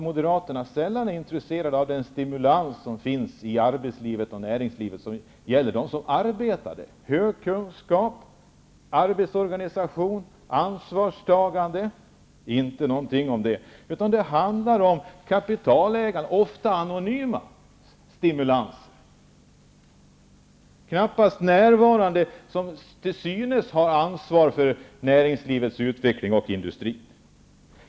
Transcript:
Moderaterna är sällan intresserade av den stimulans som finns i arbetsoch näringslivet när det gäller de arbetande i form av hög kunskap, arbetsorganisation, ansvarstagande. Det sägs ingenting om det. Det handlar ofta om att stimulera anonyma kapitalägare, som knappast är närvarande, men som till synes har ansvar för näringslivets utveckling och för industrin.